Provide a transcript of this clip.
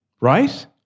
Right